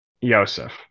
Yosef